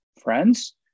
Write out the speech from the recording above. friends